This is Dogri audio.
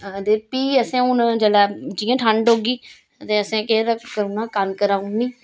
ते फ्ही असें हून जेल्लै जियां ठंड होगी ते असें केह् करना कनक राऊ उड़नी